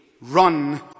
run